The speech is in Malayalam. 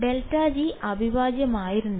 ∇g അവിഭാജ്യമായിരുന്നില്ല